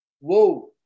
whoa